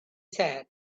said